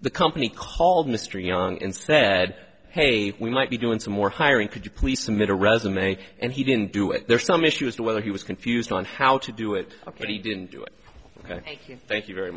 the company called mr young and said hey we might be doing some more hiring could you please submit a resume and he didn't do it there's some issue as to whether he was confused on how to do it but he didn't do it thank you thank you very